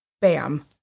Bam